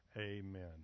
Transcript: Amen